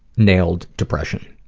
nailed depression.